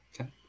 okay